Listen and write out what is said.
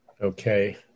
Okay